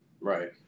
right